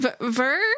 Ver